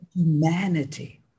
Humanity